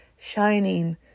shining